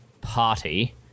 party